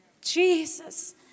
Jesus